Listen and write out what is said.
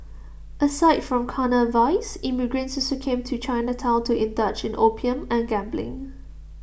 aside from carnal vice immigrants also came to Chinatown to indulge in opium and gambling